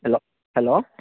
hello hello